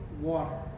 water